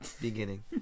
beginning